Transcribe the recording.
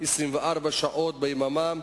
24 שעות ביממה,